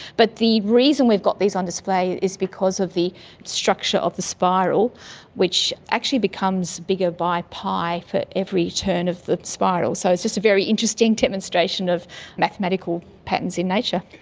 but the reason we've got these on display is because of the structure of the spiral which actually becomes bigger by pi for every turn of the spiral. so it's just a very interesting demonstration of mathematical patterns in nature.